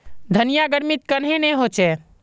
धनिया गर्मित कन्हे ने होचे?